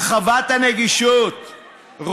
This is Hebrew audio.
הרחבת הנגישות,